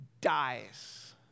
dies